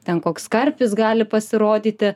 ten koks karpis gali pasirodyti